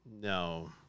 No